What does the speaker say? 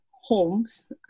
homes